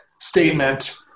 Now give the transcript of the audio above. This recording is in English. statement